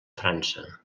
frança